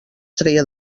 treia